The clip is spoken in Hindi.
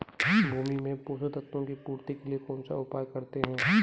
भूमि में पोषक तत्वों की पूर्ति के लिए कौनसा उपाय करते हैं?